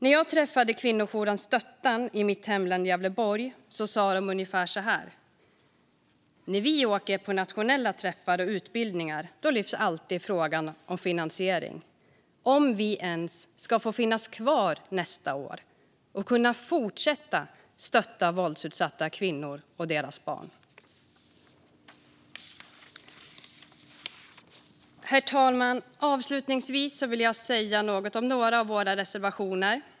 När jag träffade dem som jobbar på Kvinnojouren Stöttan i mitt hemlän Gävleborg sa de ungefär så här: När vi åker på nationella träffar och utbildningar lyfts alltid frågan om finansiering, om vi ens ska få finnas kvar nästa år och kunna fortsätta stötta våldsutsatta kvinnor och deras barn. Herr talman! Avslutningsvis vill jag säga något om några av våra reservationer.